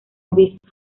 obispo